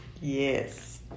Yes